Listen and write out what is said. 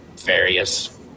various